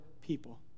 people